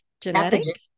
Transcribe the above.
Genetic